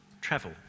travel